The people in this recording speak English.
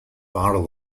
barrel